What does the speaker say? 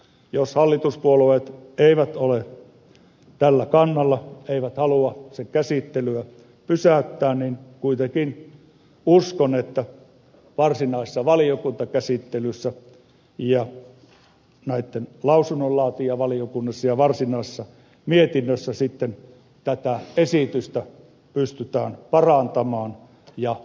jos hallituspuolueet eivät ole tällä kannalla eivät halua sen käsittelyä pysäyttää niin kuitenkin uskon että varsinaisessa valiokuntakäsittelyssä ja näissä lausunnonlaatijavaliokunnissa ja varsinaisessa mietinnössä sitten tätä esitystä pystytään parantamaan ja merkittävästi